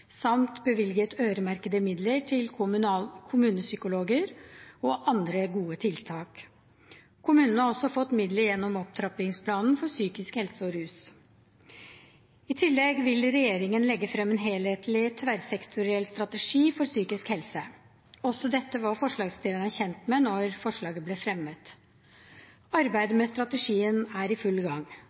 samt bevilget øremerkede midler til kommunepsykologer og andre gode tiltak. Kommunene har også fått midler gjennom opptrappingsplanene for psykisk helse og for rusfeltet. I tillegg vil regjeringen legge frem en helhetlig tverrsektoriell strategi for psykisk helse. Også dette var forslagsstillerne kjent med da forslaget ble fremmet. Arbeidet med strategien er i full gang.